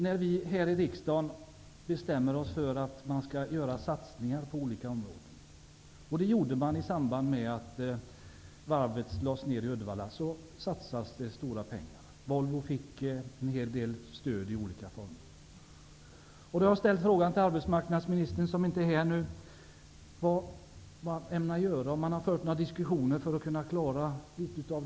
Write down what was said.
När vi här i riksdagen bestämmer oss för att vi skall satsa på något område, vilket vi gjorde i samband med att varvet lades ned i Uddevalla, satsas det stora pengar. Volvo fick en hel del stöd i olika former. Jag har frågat arbetsmarknadsministern, som inte är här nu, vad han ämnar göra och om han har fört diskussioner för att kunna klara situationen.